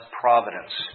providence